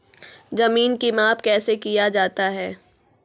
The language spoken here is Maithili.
जमीन की माप कैसे किया जाता हैं?